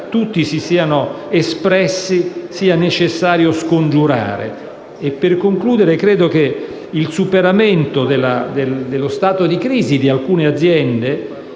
tutti si siano espressi, sia necessario scongiurare. Per concludere, credo che il superamento dello stato di crisi di alcune aziende